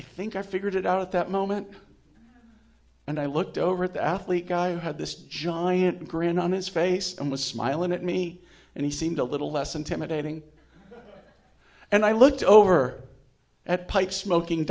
i think i figured it out at that moment and i looked over at the athlete i had this giant grin on his face and was smiling at me and he seemed a little less intimidating and i looked over at pipe smoking